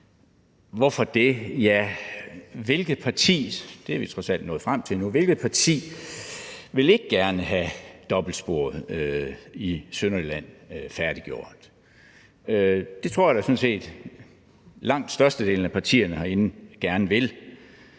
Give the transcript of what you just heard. til nu – vil ikke gerne have dobbeltsporet i Sønderjylland færdiggjort? Det tror jeg da sådan set langt størstedelen af partierne herinde